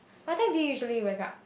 what time do you usually wake up